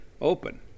open